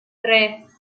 tres